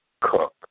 cook